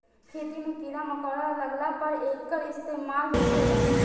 खेती मे कीड़ा मकौड़ा लगला पर एकर इस्तेमाल होखेला